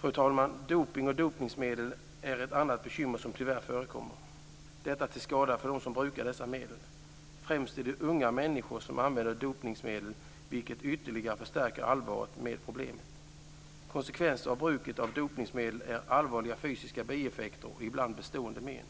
Fru talman! Dopning och dopningsmedel är ett annat bekymmer som tyvärr förekommer. Det är till skada för dem som brukar dessa medel. Främst är det unga människor som använder dopningsmedel, vilket ytterligare förstärker allvaret med problemet. Konsekvenser av bruket av dopningsmedel är allvarliga fysiska bieffekter och ibland bestående men.